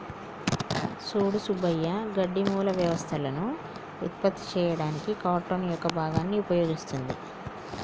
సూడు సుబ్బయ్య గడ్డి మూల వ్యవస్థలను ఉత్పత్తి చేయడానికి కార్టన్ యొక్క భాగాన్ని ఉపయోగిస్తుంది